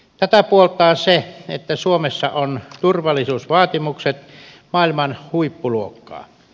tätä puoltaa se että suomessa turvallisuusvaatimukset ovat maailman huippuluokkaa